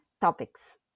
topics